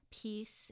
peace